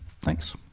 Thanks